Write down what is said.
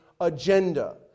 agenda